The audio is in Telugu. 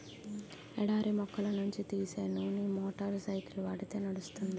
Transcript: ఎడారి మొక్కల నుంచి తీసే నూనె మోటార్ సైకిల్కి వాడితే నడుస్తుంది